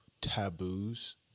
taboos